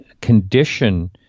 condition